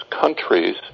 countries